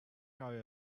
guy